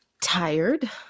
Tired